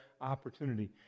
opportunity